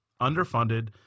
underfunded